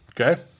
Okay